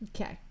okay